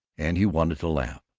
and he wanted to laugh,